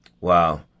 Wow